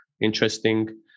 interesting